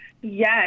yes